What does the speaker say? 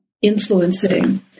influencing